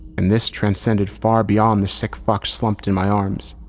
and this transcended far beyond the sick fuck slumped in my arms.